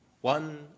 one